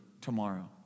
tomorrow